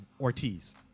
Ortiz